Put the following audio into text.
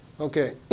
Okay